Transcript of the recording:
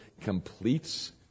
completes